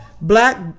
Black